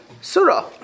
Surah